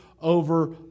over